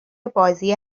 بازی